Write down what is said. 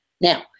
Now